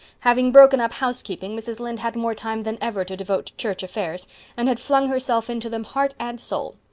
having broken up housekeeping, mrs. lynde had more time than ever to devote to church affairs and had flung herself into them heart and soul.